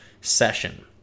session